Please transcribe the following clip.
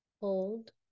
Hold